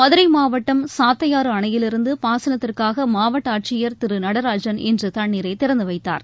மதுரை மாவட்டம் சாத்தையாறு அணையிலிருந்து பாசனத்துக்காக மாவட்ட ஆட்சியர் திரு நடராஜன் இன்று தண்ணீரை திறந்து வைத்தார்